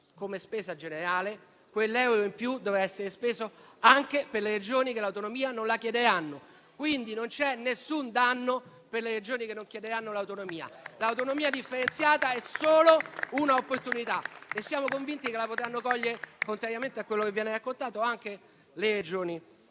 come spesa generale, quell'euro in più dovrà essere speso anche per le Regioni che l'autonomia non la chiederanno. Non ci sarà quindi alcun danno per le Regioni che non chiederanno l'autonomia. L'autonomia differenziata è solo un'opportunità e siamo convinti che la potranno cogliere, contrariamente a quello che viene raccontato, anche le Regioni